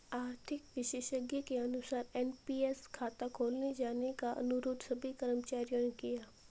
आर्थिक विशेषज्ञ के अनुसार एन.पी.एस खाता खोले जाने का अनुरोध सभी कर्मचारियों ने किया